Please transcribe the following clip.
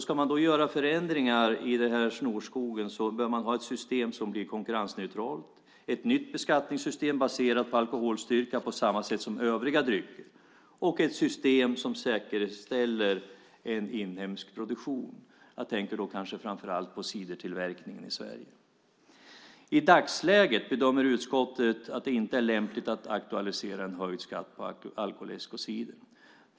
Om man ska göra förändringar i den snårskogen bör man ha ett system som blir konkurrensneutralt, ett nytt beskattningssystem baserat på alkoholstyrka på samma sätt som för övriga drycker och ett system som säkerställer en inhemsk produktion. Jag tänker då framför allt på cidertillverkningen i Sverige. I dagsläget bedömer utskottet att det inte är lämpligt att aktualisera en höjd skatt på alkoläsk och cider.